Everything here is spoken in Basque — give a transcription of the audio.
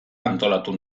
antolatu